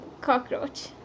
cockroach